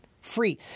free